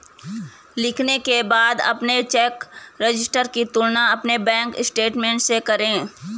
लिखने के बाद अपने चेक रजिस्टर की तुलना अपने बैंक स्टेटमेंट से करें